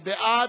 מי בעד?